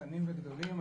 קטנים וגדולים.